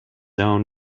own